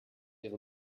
ihre